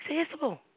accessible